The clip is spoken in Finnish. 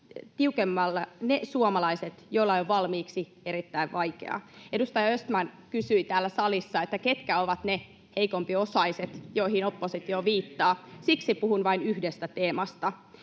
tiukemmalle ne suomalaiset, joilla on jo valmiiksi erittäin vaikeaa. Edustaja Östman kysyi täällä salissa, ketkä ovat ne heikompiosaiset, joihin oppositio viittaa. [Ben Zyskowicz: